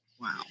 Wow